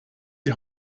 die